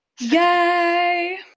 Yay